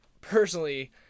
personally